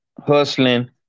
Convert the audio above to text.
hustling